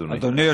אדוני.